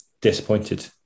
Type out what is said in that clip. disappointed